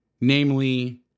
Namely